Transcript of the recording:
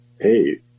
hey